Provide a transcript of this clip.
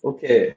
Okay